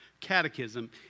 catechism